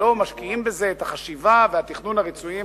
ולא משקיעים בזה את החשיבה והתכנון הרצויים?